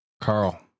Carl